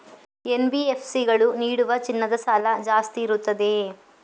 NBFC ಗಳು ನೀಡುವ ಚಿನ್ನದ ಸಾಲ ಜಾಸ್ತಿ ಇರುತ್ತದೆಯೇ?